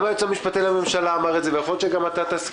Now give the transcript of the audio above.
גם היועץ המשפטי לממשלה אמר את זה ויכול להיות שגם תסכים